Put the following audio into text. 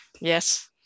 yes